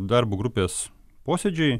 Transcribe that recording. darbo grupės posėdžiai